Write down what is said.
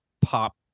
pop